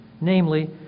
namely